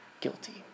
guilty